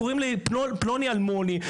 קוראים לי פלוני אלמוני,